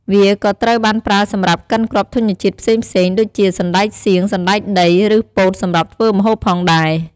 វាក៏ត្រូវបានប្រើសម្រាប់កិនគ្រាប់ធញ្ញជាតិផ្សេងៗដូចជាសណ្ដែកសៀង សណ្ដែកដី ឬពោតសម្រាប់ធ្វើម្ហូបផងដែរ។